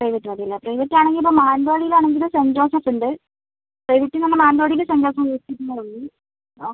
private മതി അല്ലേ private ആണെങ്കിൽ ഇപ്പം മാനന്തവാടിയിൽ ആണെങ്കിൽ സെന്റ് ജോസഫ് ഉണ്ട് പ്രൈവറ്റ് എന്ന് പറഞ്ഞാൽ മാനന്തവാടിയിൽ സെന്റ് ജോസഫ് ഹോസ്പിറ്റലേ ഉള്ളൂ ആ